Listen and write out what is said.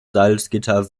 salzgitter